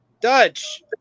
Dutch